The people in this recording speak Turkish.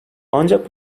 ancak